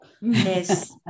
Yes